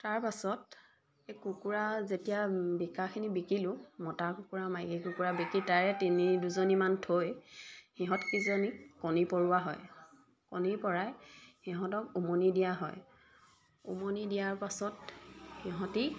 তাৰপাছত এই কুকুৰা যেতিয়া বিকাখিনি বিকিলোঁ মতা কুকুৰা মাইকী কুকুৰা বিকি তাৰে তিনি দুজনীমান থৈ সিহঁতকেইজনীক কণী পৰোৱা হয় কণীৰ পৰাই সিহঁতক উমনি দিয়া হয় উমনি দিয়াৰ পাছত সিহঁতে